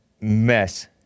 mess